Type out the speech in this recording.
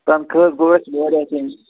تَنخواہَس گوٚو اَسہِ واریاہ